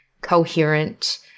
coherent